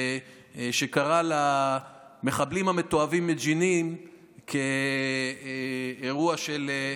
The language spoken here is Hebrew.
שקרא למחבלים המתועבים מג'נין כאירוע של,